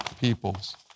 peoples